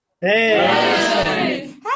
Hey